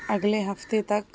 اگلے ہفتے تک